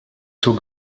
zur